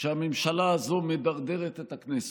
שהממשלה הזאת מדרדרת אליו את הכנסת.